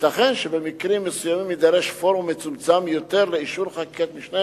ייתכן כי במקרים מסוימים יידרש פורום מצומצם יותר לאישור חקיקת משנה